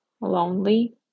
lonely